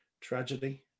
tragedy